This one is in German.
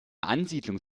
ansiedlung